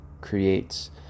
creates